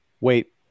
wait